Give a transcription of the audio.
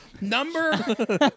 number